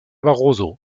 barroso